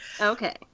Okay